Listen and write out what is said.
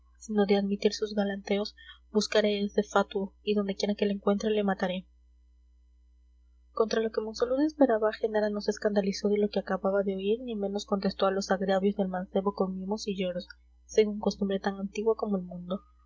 sino de admitir sus galanteos buscaré a ese fatuo y donde quiera que le encuentre le mataré contra lo que monsalud esperaba genara no se escandalizó de lo que acababa de oír ni menos contestó a los agravios del mancebo con mimos y lloros según costumbre tan antigua como el mundo